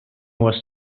was